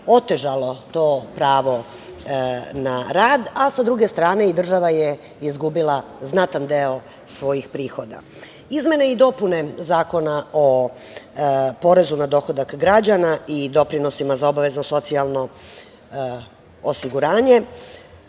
otežalo to pravo na rad, a sa druge strane, i država je izgubila znatan deo svojih prihoda. Izmene i dopune Zakona o porezu na dohodak građana i doprinosima za obavezno socijalno osiguranje